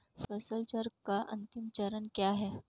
फसल चक्र का अंतिम चरण क्या है?